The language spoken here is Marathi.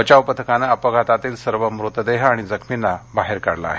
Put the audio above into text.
बचाव पथकानं अपघातातील सर्व मृतदेह आणि जखमींना बाहेर काढले आहेत